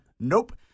Nope